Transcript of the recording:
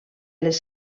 les